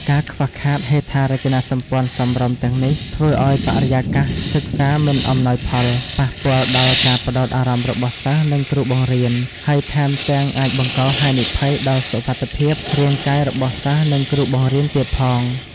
ការខ្វះខាតហេដ្ឋារចនាសម្ព័ន្ធសមរម្យទាំងនេះ ធ្វើឱ្យបរិយាកាសសិក្សាមិនអំណោយផល ប៉ះពាល់ដល់ការផ្តោតអារម្មណ៍របស់សិស្ស និងគ្រូបង្រៀន ហើយថែមទាំងអាចបង្កហានិភ័យដល់សុវត្ថិភាពរាងកាយរបស់សិស្ស និងគ្រូបង្រៀនទៀតផង។